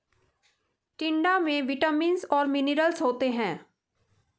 टिंडा में विटामिन्स और मिनरल्स होता है